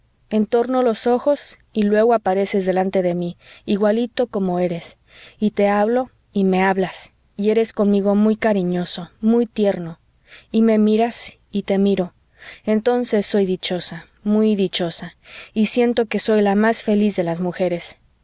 en retrato entorno los ojos y luego apareces delante de mi igualito como eres y te hablo y me hablas y eres conmigo muy cariñoso muy tierno y me miras y te miro entonces soy dichosa muy dichosa y siento que soy la más feliz de las mujeres